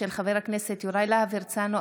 של חבר הכנסת יוראי להב הרצנו,